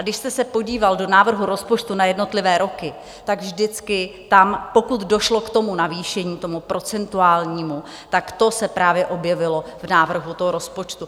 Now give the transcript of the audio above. Když jste se podíval do návrhu rozpočtu na jednotlivé roky, tak vždycky tam, pokud došlo k tomu navýšení, k tomu procentuálnímu, tak to se právě objevilo v návrhu toho rozpočtu.